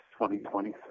2023